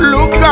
Look